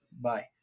bye